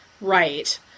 Right